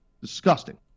Disgusting